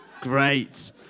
Great